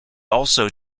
also